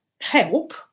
help